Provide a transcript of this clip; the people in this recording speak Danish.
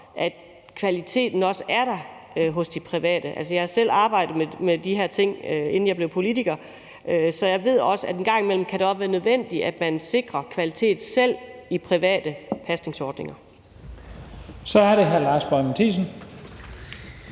at kvaliteten også er der hos de private. Jeg har selv arbejdet med de her ting, inden jeg blev politiker, så jeg ved også, at det en gang imellem også kan være nødvendigt, at man sikrer kvalitet, selv i private pasningsordninger. Kl. 14:50 Første